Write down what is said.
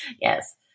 Yes